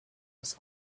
was